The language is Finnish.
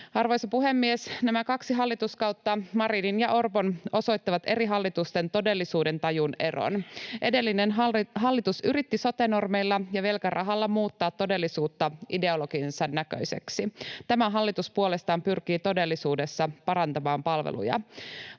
Arvoisa puhemies! Nämä kaksi hallituskautta, Marinin ja Orpon, osoittavat eri hallitusten todellisuudentajun eron. Edellinen hallitus yritti sote-normeilla ja velkarahalla muuttaa todellisuutta ideologiansa näköiseksi. Tämä hallitus puolestaan pyrkii todellisuudessa parantamaan palveluja.